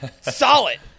Solid